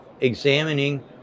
examining